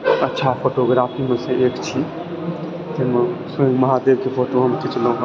अच्छा फोटोग्राफीमऽ सँ एक छी तहनमऽ स्वयं महादेवकऽ फोटो हम खिंचलहुँ